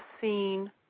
seen